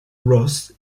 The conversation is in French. ross